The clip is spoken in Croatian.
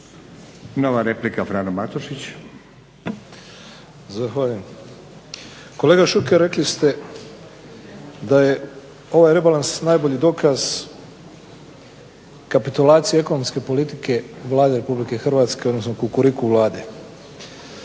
**Matušić, Frano (HDZ)** Zahvaljujem. Kolega Šuker rekli ste da je ovaj rebalans najbolji dokaz kapitulaciji ekonomske politike Vlade Republike Hrvatske, odnosno kukuriku Vlade.